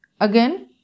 Again